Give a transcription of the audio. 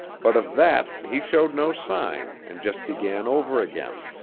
but of that he showed no sign and just began over again.